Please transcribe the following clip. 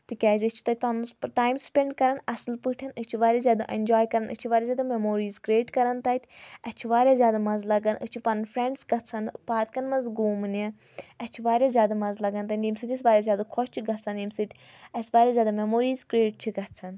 تِکیازِ أسۍ چھِ تَتہِ پَنُن ٹایم سپؠنٛڈ کَران اَصٕل پٲٹھۍ أسۍ چھِ واریاہ زیادٕ اینجاے کَران أسۍ چھِ واریاہ زیادٕ میموریز کریٹ کَران تَتہِ اَسہِ چھِ واریاہ زیادٕ مَزٕ لگان أسۍ چھِ پَنُن فرٛؠنٛڈٕس گژھن پارکَن منٛز گوٗمنہِ اَسہِ چھِ واریاہ زیادٕ مَزٕ لَگَان تَتہِ ییٚمہِ سۭتۍ أسۍ واریاہ زیادٕ خۄش چھِ گژھان ییٚمہِ سۭتۍ اَسہِ واریاہ زیادٕ میموریز کرٛیٹ چھِ گژھان